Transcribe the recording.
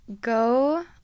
Go